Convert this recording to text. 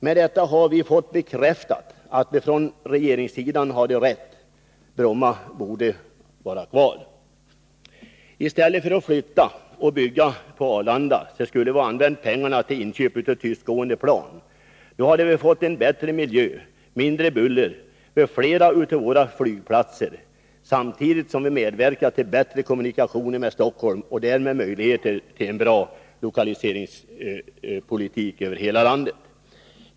Med detta har vi fått bekräftat att vi från regeringssidan hade rätt — Bromma borde vara kvar. Istället för att flytta och bygga på Arlanda skulle vi ha använt pengarna till inköp av tystgående plan. Då hade vi fått en bättre miljö, mindre buller vid flera av våra flygplatser samtidigt som vi medverkat till bättre kommunikationer med Stockholm och därmed skapat möjligheter för en bra lokaliseringspolitik över hela landet.